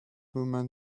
woman